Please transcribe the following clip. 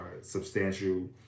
substantial